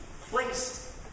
placed